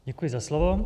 Děkuji za slovo.